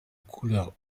couleur